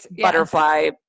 butterfly